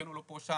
כן או לא פה שם,